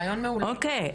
אוקי,